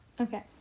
Okay